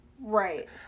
Right